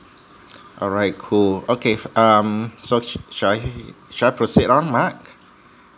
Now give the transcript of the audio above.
alright cool okay f~ um so should I should I proceed on mark